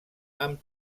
amb